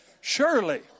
Surely